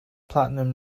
platinum